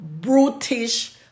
brutish